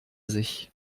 sich